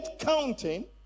counting